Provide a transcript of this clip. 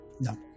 No